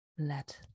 Let